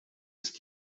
ist